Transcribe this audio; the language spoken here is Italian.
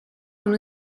con